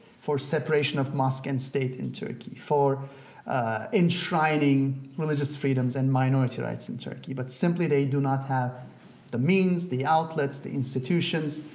for separation of mosque and state in turkey, for enshrining religious freedoms and minority rights in turkey, but simply they do not have the means, the outlets, the institutions.